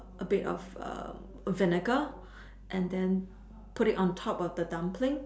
A bit of vinegar and then put it on top of the dumpling